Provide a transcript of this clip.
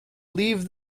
leave